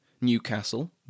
Newcastle